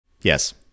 Yes